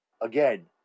again